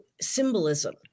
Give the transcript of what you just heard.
symbolism